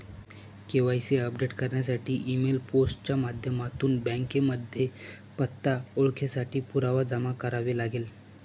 KYC update करण्यासाठी email, post च्या माध्यमातून बँकेमध्ये पत्ता, ओळखेसाठी पुरावा जमा करावे लागेल